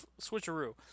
switcheroo